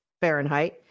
Fahrenheit